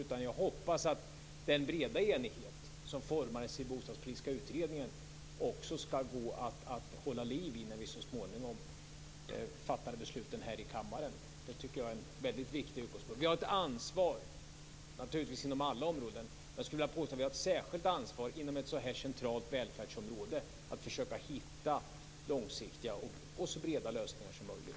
Jag hoppas att det också skall gå att hålla liv i den breda enighet som formades i den bostadspolitiska utredningen när vi så småningom fattar beslut här i kammaren. Det tycker jag är en väldigt viktig utgångspunkt. Vi har naturligtvis ett ansvar inom alla områden, men jag skulle vilja påstå att vi har ett särskilt ansvar inom ett så centralt välfärdsområde som det här. Vi måste försöka hitta långsiktiga lösningar som är så breda som möjligt.